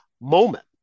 moment